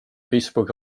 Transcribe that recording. facebooki